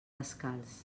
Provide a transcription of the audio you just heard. descalç